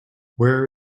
where